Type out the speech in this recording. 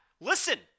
Listen